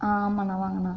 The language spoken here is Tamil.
ஆமாம் ஆமான்னா வாங்கன்னா